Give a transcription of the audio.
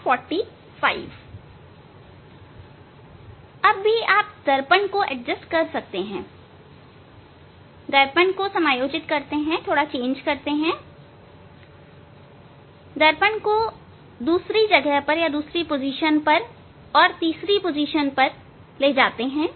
अभी भी आप दर्पण को एडजस्ट कर सकते हैं दर्पण को एडजस्ट करें दर्पण को स्थिति 2 स्थिति 3 पर ले जाएं